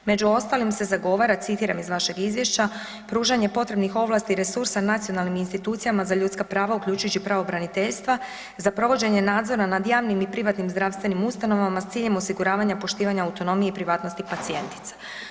Među ostalim se zagovara, citiram iz vašeg Izvješća, pružanje potrebnih ovlasti i resursa nacionalnim institucijama za ljudska prava, uključujući pravobraniteljstva, za provođenje nadzora nad javnih i privatnim zdravstvenim ustanovama s ciljem osiguravanja poštivanja autonomije i privatnosti pacijentice.